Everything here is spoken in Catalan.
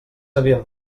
havíem